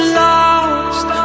lost